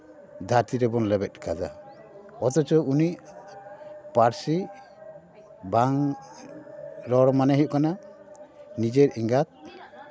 ᱫᱷᱟᱨᱛᱤ ᱨᱮᱵᱚᱱ ᱞᱮᱵᱮᱫ ᱠᱟᱫᱟ ᱚᱛᱷᱚᱪᱚ ᱩᱱᱤ ᱯᱟᱹᱨᱥᱤ ᱵᱟᱝ ᱨᱚᱲ ᱢᱟᱱᱮ ᱦᱩᱭᱩᱜ ᱠᱟᱱᱟ ᱱᱤᱡᱮᱨ ᱮᱸᱜᱟᱛ